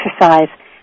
exercise